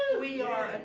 we are